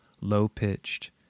low-pitched